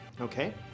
Okay